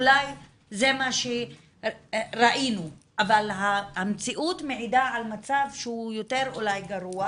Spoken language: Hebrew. אולי זה מה שראינו אבל המציאות מעידה על מצב שהוא אולי יותר גרוע,